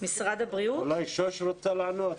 אולי שוש רוצה לענות?